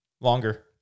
Longer